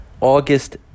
august